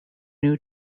new